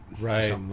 Right